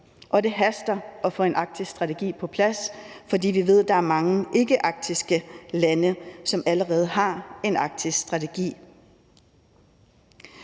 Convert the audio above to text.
Og det haster med at få en arktisk strategi på plads, for vi ved, at der er mange ikkearktiske lande, som allerede har en arktisk strategi.